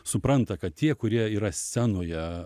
supranta kad tie kurie yra scenoje